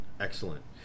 Excellent